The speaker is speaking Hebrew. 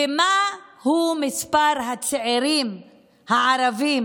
ומהו אחוז הצעירים הערבים